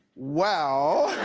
well.